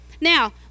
now